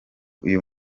uyu